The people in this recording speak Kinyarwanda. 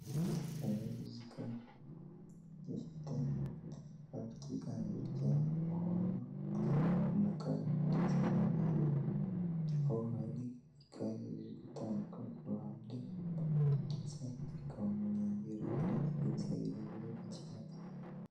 Ikinyabiziga gifite ibara ryiganje ry'umuhondo, umukara ndetse n'umweru, aho hari igare riri gutambuka ku ruhande ndetse kikaba mu nkengero hari ibiti birebire by'icyatsi.